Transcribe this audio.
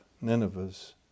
Nineveh's